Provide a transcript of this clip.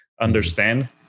understand